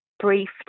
briefed